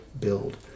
build